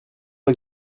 que